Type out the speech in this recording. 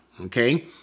Okay